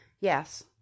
yes